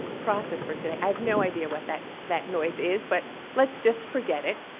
process for today. i have no idea what that that noise is, but let's just forget it.